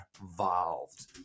involved